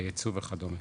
בייצוא וכדומה,